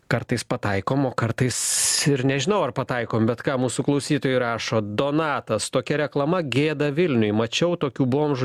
kartais pataikom o kartais ir nežinau ar pataikom bet ką mūsų klausytojai rašo donatas tokia reklama gėda vilniui mačiau tokių bomžų